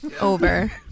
over